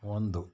ಒಂದು